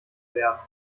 werden